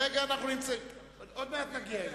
עכשיו.